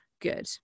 good